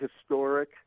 historic